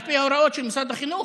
על פי ההוראות של משרד החינוך,